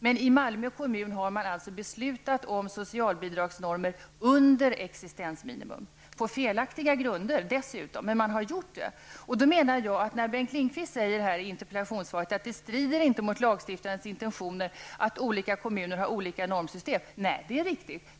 Man har dessutom i Malmö kommun beslutat om socialbidragsnormer som ligger under existensminimum på felaktiga grunder. Bengt Lindqvist säger i interpellationssvaret att det strider inte mot lagstiftarens intentioner att olika kommuner har olika normsystem. Nej, det är riktigt.